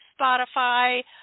Spotify